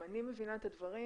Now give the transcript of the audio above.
אם אני מבינה את הדברים,